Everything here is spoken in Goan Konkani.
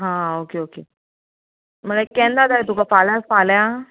हा ओके ओके म्हणल्या केन्ना जाय तुका फाल्यां फाल्यां